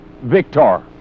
victor